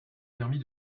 permis